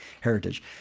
heritage